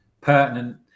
pertinent